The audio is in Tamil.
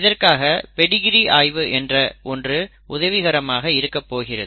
இதற்காக பெடிகிரி ஆய்வு என்ற ஒன்று உதவிகரமாக இருக்க போகிறது